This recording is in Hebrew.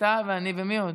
אתה ואני ומי עוד?